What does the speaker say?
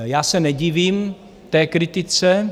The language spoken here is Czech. Já se nedivím té kritice.